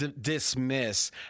dismiss